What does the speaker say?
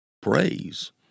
praise